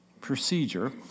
procedure